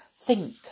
Think